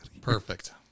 Perfect